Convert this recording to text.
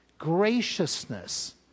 graciousness